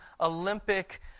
Olympic